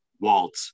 Walt